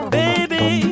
baby